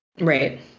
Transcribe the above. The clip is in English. right